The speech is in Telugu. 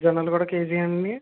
జొన్నలు కూడా కేజీ ఏనా అండి